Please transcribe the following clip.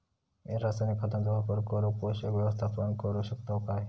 मी रासायनिक खतांचो वापर करून पोषक व्यवस्थापन करू शकताव काय?